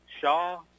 Shaw